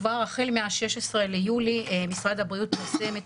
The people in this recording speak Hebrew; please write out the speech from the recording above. החל מה-16 ביולי משרד הבריאות פרסם את